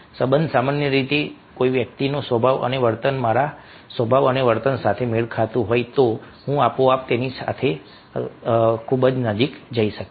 સંબંધ સામાન્ય રીતે જો કોઈ વ્યક્તિનો સ્વભાવ અને વર્તન મારા સ્વભાવ અને વર્તન સાથે મેળ ખાતું હોય તો હું આપોઆપ તેની અથવા તેણીની ખૂબ નજીક થઈ જઈશ